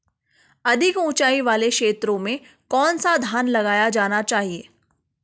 अधिक उँचाई वाले क्षेत्रों में कौन सा धान लगाया जाना चाहिए?